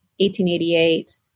1888